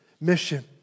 mission